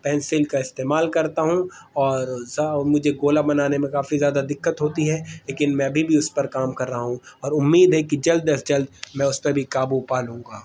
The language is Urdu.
پینسل کا استعمال کرتا ہوں اور مجھے گولا بنانے میں کافی زیادہ دقت ہوتی ہے لیکن میں ابھی بھی اس پر کام کر رہا ہوں اور امید ہے کہ جلد از جلد میں اس پہ بھی قابو پا لوں گا